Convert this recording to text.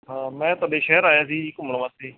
ਹਾਂ ਮੈਂ ਤੁਹਾਡੇ ਸ਼ਹਿਰ ਆਇਆ ਸੀ ਜੀ ਘੁੰਮਣ ਵਾਸਤੇ